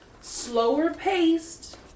slower-paced